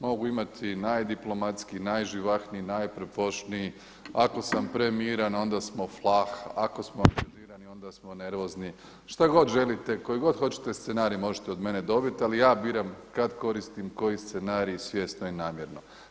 Mogu imati najdiplomatskiji, najživahniji, najprpošniji, ako sam premiran onda smo flah, ako smo … onda smo nervozni, šta god želite, koji god hoćete scenarij možete od mene dobiti ali ja biram kada koristim koji scenarij svjesno i namjerno.